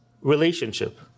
relationship